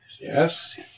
Yes